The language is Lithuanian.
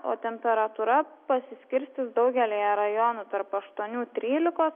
o temperatūra pasiskirstys daugelyje rajonų tarp aštuonių trylikos